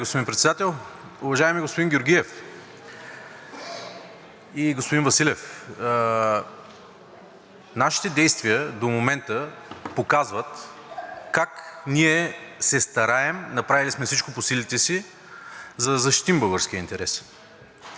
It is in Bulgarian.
Благодаря Ви, господин Председател. Уважаеми господин Георгиев, уважаеми господин Василев, нашите действия до момента показват как ние се стараем. Направили сме всичко по силите си, за да защитим българския интерес.